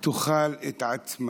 תאכל את עצמה.